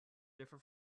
differ